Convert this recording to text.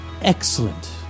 Excellent